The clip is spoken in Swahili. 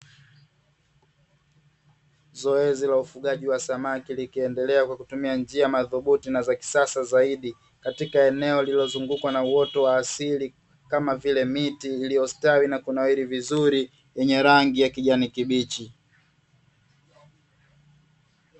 Zoezi la ufugaji wa samaki likiendelea kwa kutumia njia madhubuti na za kisasa zaidi, katika eneo lililozungukwa na uoto wa asili kama vile miti iliyostawi na kunawiri vizuri, yenye rangi ya kijani kibichi.